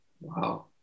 Wow